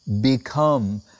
become